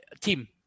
team